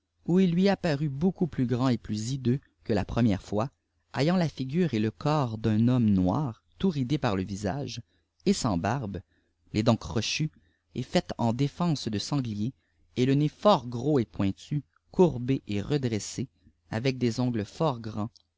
beaucoup plus grand et plus hideux que la première fblis siânt la figuré et te corps d'un homme noir tout ridé par te vï él ns bàbbe léfe dents crochues et faites en défenses de sanglier et le nez fort griàfe et pointu courbé et redressé avec des ongiës fort gtïàhdfe